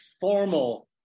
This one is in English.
formal